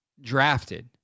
drafted